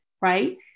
right